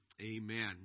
amen